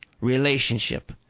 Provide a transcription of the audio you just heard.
relationship